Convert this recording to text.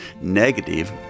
negative